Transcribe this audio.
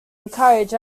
encouraged